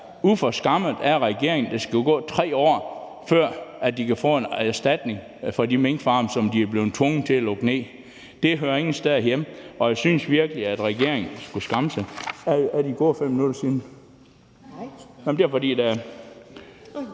uforskammet af regeringen, at der skal gå 3 år, før de kan få en erstatning for de minkfarme, som de er blevet tvunget til at lukke ned. Det hører ingen steder hjemme, og jeg synes virkelig, at regeringen skulle skamme sig. Jeg vil opfordre ministeren til at gå tilbage